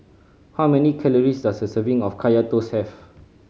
how many calories does a serving of Kaya Toast have